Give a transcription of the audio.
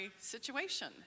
situation